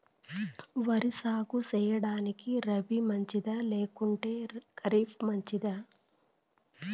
వరి సాగు సేయడానికి రబి మంచిదా లేకుంటే ఖరీఫ్ మంచిదా